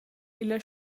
illa